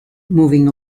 moving